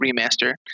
remaster